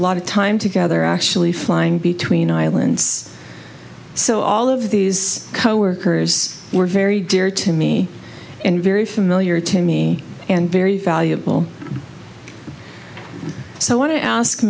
lot of time together actually flying between islands so all of these coworkers were very dear to me and very familiar to me and very valuable so i want to